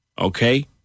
Okay